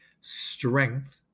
strength